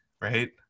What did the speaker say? right